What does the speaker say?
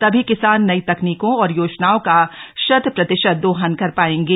तभी किसान नई तकनीकों और योजनाओं का शत प्रतिशत दोहन कर पायेंगे